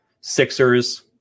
Sixers